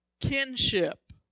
kinship